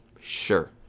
Sure